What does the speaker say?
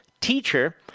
teacher